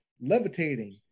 Levitating